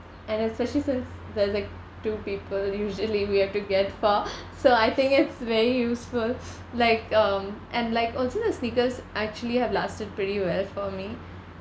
and especially since there's like two people usually we have to get four so I think it's very useful like um and like also the sneakers actually have lasted pretty well for me